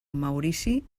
maurici